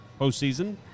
postseason